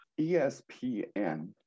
ESPN